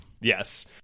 Yes